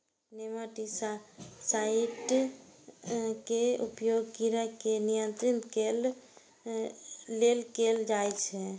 nematicides के उपयोग कीड़ा के नियंत्रित करै लेल कैल जाइ छै